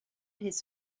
his